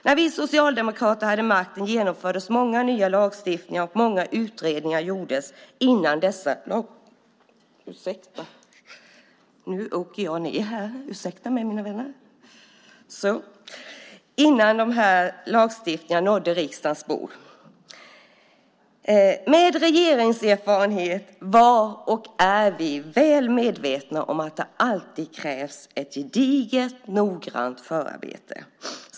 När vi socialdemokrater hade makten genomfördes många nya lagstiftningar, och många utredningar gjordes innan dessa lagstiftningar nådde riksdagens bord. Med regeringserfarenhet var vi, och är vi, väl medvetna om att det alltid krävs ett gediget, noggrant förarbete.